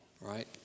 right